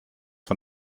von